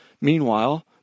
Meanwhile